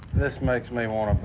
this makes me want